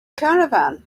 caravan